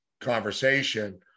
conversation